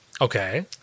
Okay